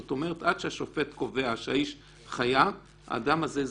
זאת אומרת שעד שהשופט קובע שהאיש חייב האדם הזה זכאי.